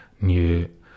new